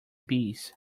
bees